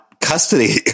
custody